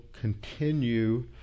continue